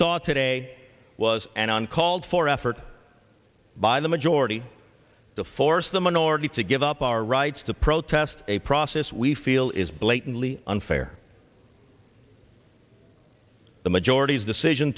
saw today was an uncalled for effort by the majority to force the minority to give up our rights to protest a process we feel is blatantly unfair the majority's decision